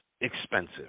expensive